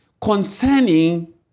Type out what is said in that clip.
concerning